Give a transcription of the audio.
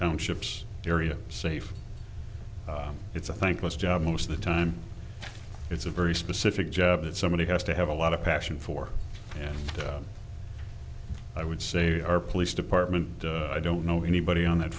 townships area safe it's a thankless job most of the time it's a very specific job that somebody has to have a lot of passion for and i would say our police department i don't know anybody on that